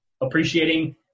appreciating